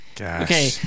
Okay